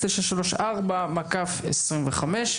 מספר פ/934/25.